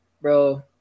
bro